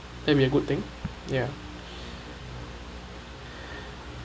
that will be a good thing ya